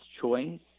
choice